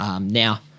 now